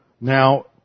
Now